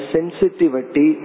Sensitivity